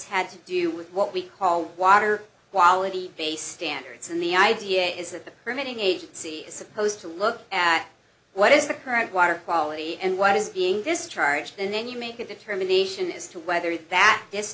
had to do with what we call water quality based standards and the idea is that the permitting agency is supposed to look at what is the current water quality and what is being discharged and then you make a determination as to whether th